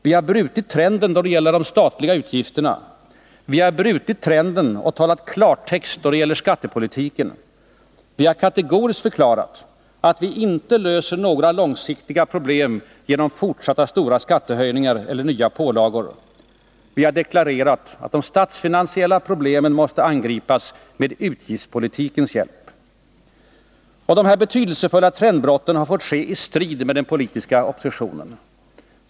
Vi har brutit trenden då det gäller de statliga utgifterna. Vi har brutit trenden och talat klartext då det gäller skattepolitiken. Vi har kategoriskt förklarat att man inte löser några långsiktiga problem genom fortsatta stora skattehöjningar eller nya pålagor. Vi har deklarerat att de statsfinansiella problemen måste angripas med utgiftspolitikens hjälp. Dessa betydelsefulla trendbrott har fått ske i strid med den politiska oppositionen.